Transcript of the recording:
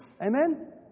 Amen